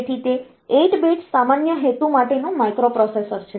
તેથી તે 8 bit સામાન્ય હેતુ માટેનું માઇક્રોપ્રોસેસર છે